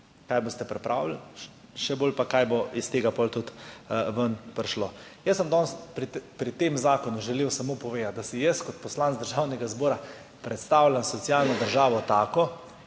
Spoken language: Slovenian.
kaj boste pripravili, še bolj pa, kaj bo iz tega potem tudi ven prišlo. Jaz sem danes pri tem zakonu želel samo povedati, da si jaz kot poslanec Državnega zbora predstavljam socialno državo tako,